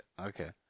Okay